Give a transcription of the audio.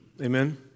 Amen